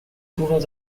pouvons